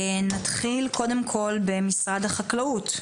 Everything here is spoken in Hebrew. נתחיל במשרד החקלאות.